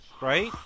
right